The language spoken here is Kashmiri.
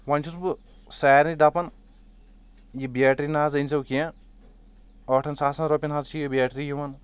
وۄنۍ چھُس بہٕ سارنے دپان یہِ بیٹری نہ حظ أنۍزیٚو کینٛہہ ٲٹھن ساسن رۄپٮ۪ن حظ چھِ یہِ بیٹری یِوان